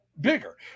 bigger